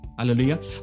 Hallelujah